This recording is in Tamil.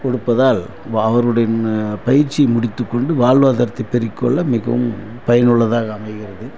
கொடுப்பதால் வாகரோடை இன்ன பயிற்சி முடித்துக்கொண்டு வாழ்வாதாரத்தை பெருக்கொள்ள மிகவும் பயனுள்ளதாக அமைகிறது